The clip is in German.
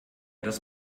dass